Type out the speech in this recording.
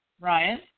Ryan